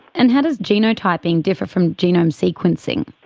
and how does genotyping differ from genome sequencing?